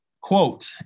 Quote